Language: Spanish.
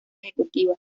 ejecutiva